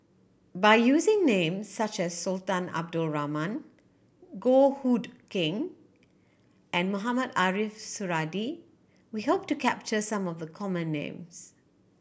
by using names such as Sultan Abdul Rahman Goh Hood Keng and Mohamed Ariff Suradi we hope to capture some of the common names